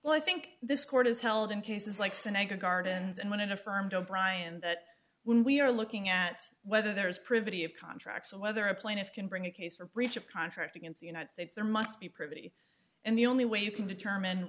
well i think this court is held in cases like this and i gardened and when it affirmed o'brian that when we are looking at whether there is privity of contracts or whether a plaintiff can bring a case for breach of contract against the united states there must be pretty and the only way you can determine